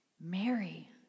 Mary